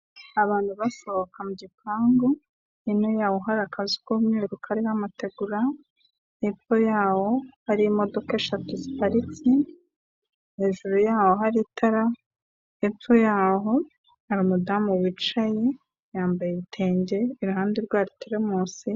Abantu basohoka mu gipangu, hino yaho hari akazu k'umweru kariho amategura, hepfo yaho hari imodoka eshatu ziparitse, hejuru yaho hari itara, hepfo yaho hari umudamu wicaye yambaye ibitenge iruhande rwa teremusi...